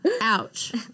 Ouch